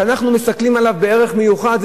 שאנחנו מסתכלים עליו בהערכה מיוחדת,